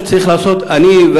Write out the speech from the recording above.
אני חושב שצריך לעשות,